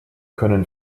können